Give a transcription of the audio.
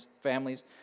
families